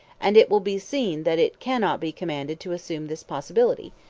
and it will be seen that it cannot be commanded to assume this possibility,